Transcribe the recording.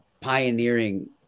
pioneering